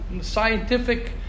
scientific